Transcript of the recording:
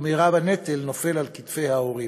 ורוב הנטל נופל על כתפי ההורים.